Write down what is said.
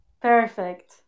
perfect